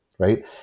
right